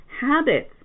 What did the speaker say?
habits